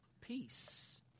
peace